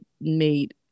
made